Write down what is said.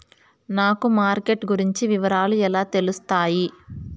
నాకు మార్కెట్ గురించి వివరాలు ఎలా తెలుస్తాయి?